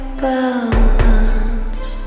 balance